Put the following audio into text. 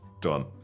done